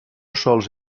sols